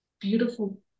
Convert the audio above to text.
beautiful